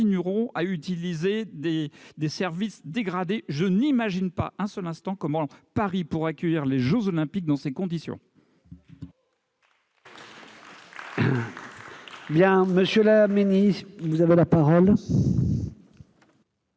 continuerons à utiliser des services dégradés faute d'investissements. Je n'imagine pas un seul instant comment Paris pourrait accueillir les jeux Olympiques dans ces conditions.